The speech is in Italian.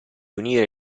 unire